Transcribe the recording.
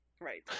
Right